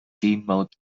gamemode